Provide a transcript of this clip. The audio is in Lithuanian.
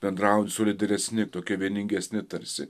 bendrauti solidesni tokie vieningesni tarsi